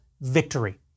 victory